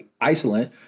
isolate